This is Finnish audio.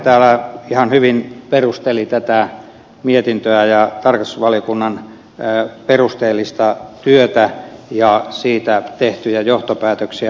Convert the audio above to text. ahde ihan hyvin perusteli mietintöä ja tarkastusvaliokunnan perusteellista työtä ja siitä tehtyjä johtopäätöksiä